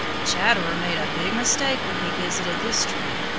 chatterer made a big mistake when he visited this tree.